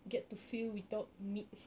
get to feel without meat